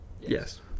Yes